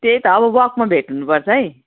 त्यही त अब वाकमा भेट हुनुपर्छ है